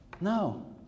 no